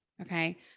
okay